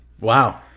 Wow